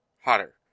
hotter